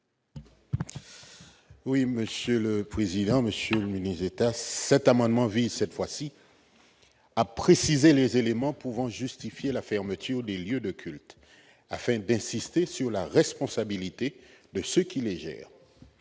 Oui, Monsieur le président Monsieur, ministre à cet amendement vise cette fois-ci à préciser les éléments pouvant justifier la fermeture des lieux de culte afin d'insister sur la responsabilité de ceux qui les gèrent